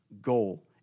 goal